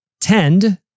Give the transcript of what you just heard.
tend